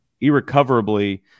irrecoverably